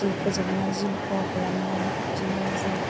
जिउ फोजोबनाय जिउ खहा खालामनाय बिदिनो जों